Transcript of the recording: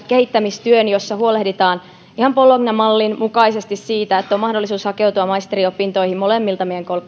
kehittämistyön jossa huolehditaan ihan bologna mallin mukaisesti siitä että on mahdollisuus hakeutua maisteriopintoihin meidän molemmilta